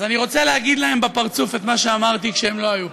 אז אני רוצה להגיד להם בפרצוף את מה שאמרתי כשהם לא היו פה.